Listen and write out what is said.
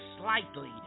slightly